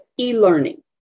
e-learning